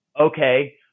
okay